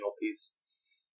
piece